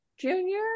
junior